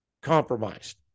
compromised